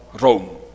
Rome